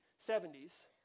70s